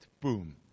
boom